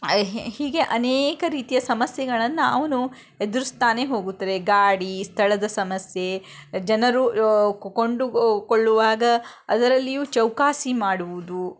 ಹಿ ಹೀಗೆ ಅನೇಕ ರೀತಿಯ ಸಮಸ್ಯೆಗಳನ್ನು ಅವನು ಎದುರಿಸ್ತಾನೆ ಹೋಗುತ್ತದೆ ಗಾಡಿ ಸ್ಥಳದ ಸಮಸ್ಯೆ ಜನರು ಕೊಂಡುಕೊಳ್ಳುವಾಗ ಅದರಲ್ಲಿಯೂ ಚೌಕಾಶಿ ಮಾಡುವುದು